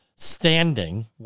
standing